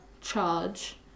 Charge